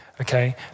Okay